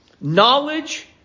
knowledge